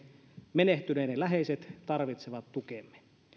menehtyneiden läheiset tarvitsevat tukemme